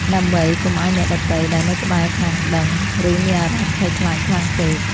ដើម្បីកុំឱ្យអ្នកដទៃដែលនៅក្បែរខាងដឹង ឬមានអារម្មណ៍ភ័យខ្លាចខ្លាំងពេក។